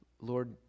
Lord